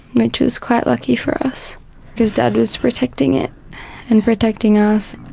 which was quite lucky for us because dad was protecting it and protecting us.